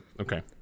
Okay